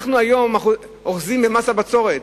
אנחנו היום אוחזים במס הבצורת.